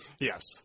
Yes